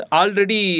already